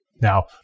Now